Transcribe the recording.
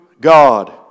God